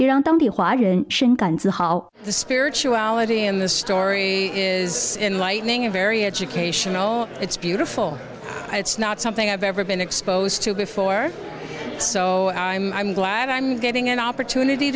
and the spirituality in this story is in lightning a very educational it's beautiful it's not something i've ever been exposed to before so i'm i'm glad i'm giving an opportunity